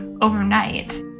overnight